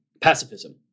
pacifism